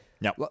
No